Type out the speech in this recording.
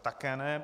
Také ne.